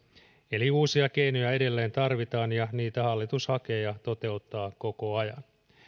eli uusia keinoja edelleen tarvitaan ja niitä hallitus hakee ja toteuttaa koko ajan